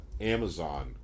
Amazon